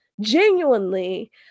genuinely